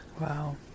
Wow